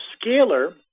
scalar